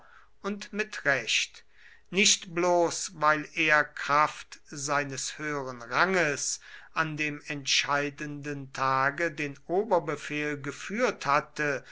und mit recht nicht bloß weil er kraft seines höheren ranges an dem entscheidenden tage den oberbefehl geführt hatte